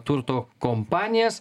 turto kompanijas